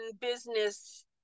business